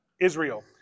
Israel